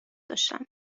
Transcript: داشتم